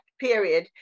period